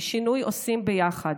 כי שינוי עושים ביחד.